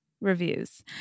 reviews